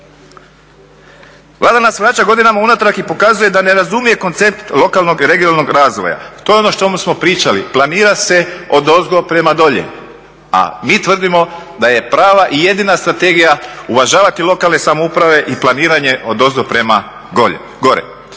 Vlada nas vraća godinama unatrag i pokazuje da ne razumije koncept lokalnog i regionalnog razvoja. To je ono o čemu smo pričali, planira se odozgo prema dolje, a mi tvrdimo da je prava i jedina strategija uvažavati lokalne samouprave i planiranje odozdo prema gore.